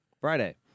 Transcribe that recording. Friday